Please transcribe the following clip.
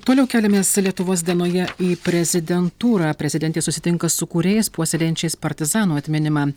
toliau keliamės lietuvos dienoje į prezidentūrą prezidentė susitinka su kūrėjais puoselėjančiais partizanų atminimą